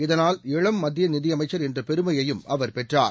இதனால் இளம் மத்திய நிதி அமைச்சர் என்ற பெருமையையும் அவர் பெற்றார்